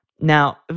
Now